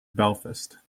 belfast